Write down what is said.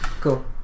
cool